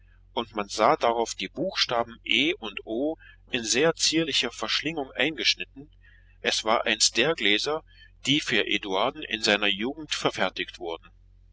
und man sah darauf die buchstaben e und o in sehr zierlicher verschlingung eingeschnitten es war eins der gläser die für eduarden in seiner jugend verfertigt worden